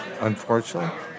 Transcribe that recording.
Unfortunately